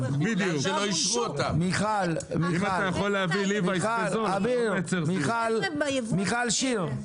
מיכל שיר בבקשה.